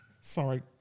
Sorry